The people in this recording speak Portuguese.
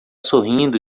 sorrindo